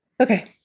Okay